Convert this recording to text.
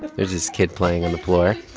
there's his kid playing on the floor.